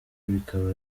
bikaba